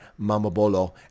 Mamabolo